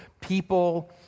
people